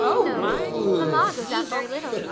no mamma goes out very little,